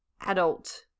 adult